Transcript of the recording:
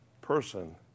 person